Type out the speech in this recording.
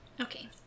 Okay